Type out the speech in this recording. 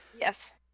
Yes